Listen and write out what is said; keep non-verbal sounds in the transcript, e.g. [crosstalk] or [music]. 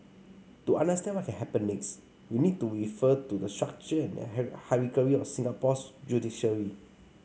to understand what can happen next we need to refer to the structure and [unintelligible] hierarchy of Singapore's judiciary